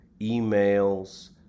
emails